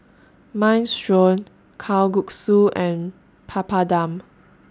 Minestrone Kalguksu and Papadum